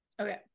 Okay